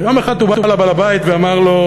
יום אחד הוא בא לבעל-הבית ואמר לו: